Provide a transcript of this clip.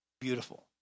Beautiful